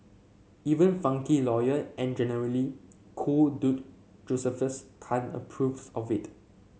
even funky lawyer and generally cool dude Josephus Tan approves of it